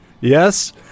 yes